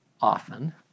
often